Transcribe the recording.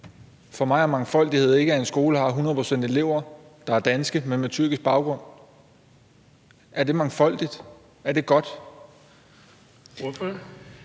for mig er mangfoldighed ikke, at en skole har 100 pct. elever, der er danske, men med tyrkisk baggrund: Er det mangfoldigt, og er det godt?